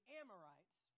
Amorites